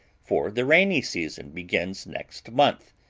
for the rainy season begins next month,